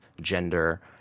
gender